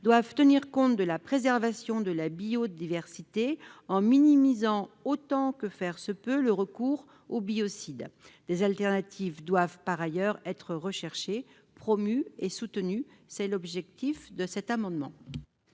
exigences inhérentes à la préservation de la biodiversité en minimisant autant que faire se peut le recours aux biocides. Les alternatives doivent par ailleurs être recherchées, promues et soutenues. Quel est l'avis de la commission